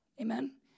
Amen